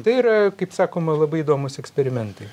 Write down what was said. tai yra kaip sakoma labai įdomūs eksperimentai